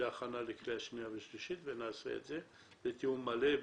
להכנה לקריאה שנייה ושלישית ונעשה את זה בתיאום מלא ביניכם.